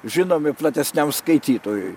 žinomi platesniam skaitytojui